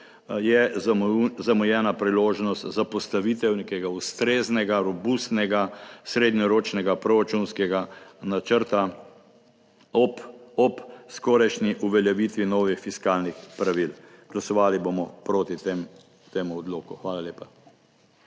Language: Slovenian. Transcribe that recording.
je zamujena priložnost za postavitev nekega ustreznega, robustnega srednjeročnega proračunskega načrta ob skorajšnji uveljavitvi novih fiskalnih pravil. Glasovali bomo proti temu odloku. Hvala lepa.